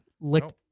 licked